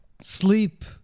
sleep